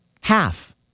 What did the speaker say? Half